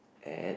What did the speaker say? at